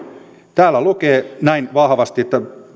täällä lukee näin vahvasti että